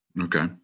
okay